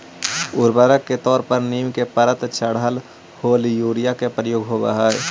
उर्वरक के तौर पर नीम के परत चढ़ल होल यूरिया के प्रयोग होवऽ हई